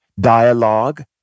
Dialogue